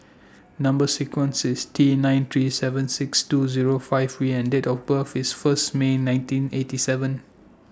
Number sequence IS T nine three seven six two Zero five V and Date of birth IS First May nineteen eighty seven